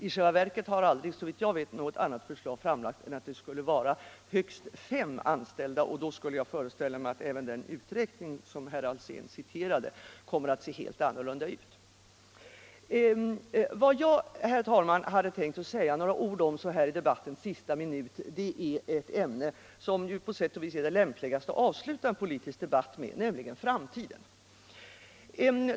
I själva verket har aldrig, såvitt jag vet, något annat förslag framlagts än att det här skulle gälla företag med högst fem anställda, och då skulle jag föreställa mig att även den uträkning som herr Alsén redovisade kommer att se helt annorlunda ut. Vad jag, herr talman, hade tänkt säga några ord om så här i debattens sista minut är ett ämne som ju på sätt och vis är det lämpligaste att avsluta en debatt med — om framtiden.